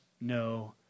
no